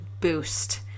boost